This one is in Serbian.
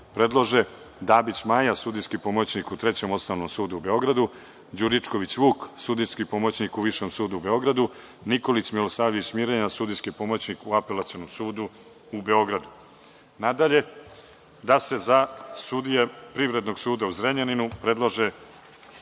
predlože: Dabić Maja, sudijski pomoćnik u Trećem osnovnom sudu u Beogradu, Đuričković Vuk, sudijski pomoćnik u Višem sudu u Beogradu, Nikolić Milosavljević Mirjana, sudijski pomoćnik u Apelacionom sudu u Beogradu.Za sudije Privrednog suda u Zrenjaninu predlažu